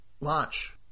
launch